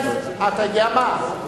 אתה יודע מה?